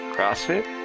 CrossFit